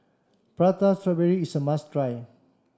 Prata Strawberry is a must try